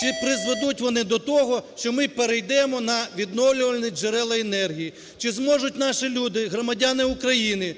чи призведуть вони до того, що ми перейдемо на відновлювальні джерела енергії? Чи зможуть наші люди, громадяни України